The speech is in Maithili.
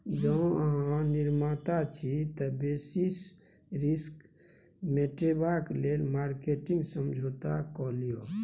जौं अहाँ निर्माता छी तए बेसिस रिस्क मेटेबाक लेल मार्केटिंग समझौता कए लियौ